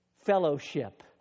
fellowship